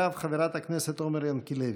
אחריו, חברת הכנסת עומר ינקלביץ'.